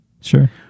Sure